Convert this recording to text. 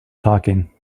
talking